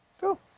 cool